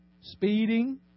Speeding